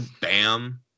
Bam